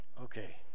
Okay